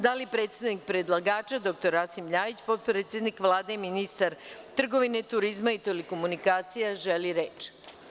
Da li predstavnik predlagača dr Radim Ljajić, potpredsednik Vlade i ministar trgovine, turizma i telekomunikacija, želi reč?